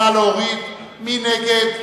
מי נגד?